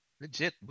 Legit